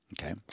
Okay